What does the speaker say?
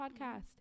podcast